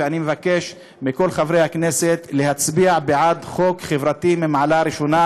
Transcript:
ואני מבקש מכל חברי הכנסת להצביע בעד חוק חברתי מהמעלה הראשונה,